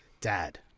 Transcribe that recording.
Dad